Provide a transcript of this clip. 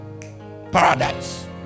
paradise